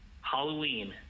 Halloween